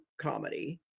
comedy